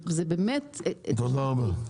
תודה רבה.